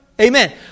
Amen